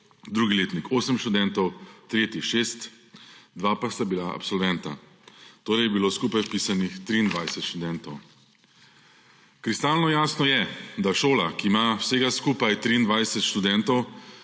v 2. letnik 8 študentov, v 3. letnik 6, 2 pa sta bila absolventa. Torej je bilo skupaj vpisanih 23 študentov. Kristalno jasno je, da šola, ki ima vsega skupaj 23 študentov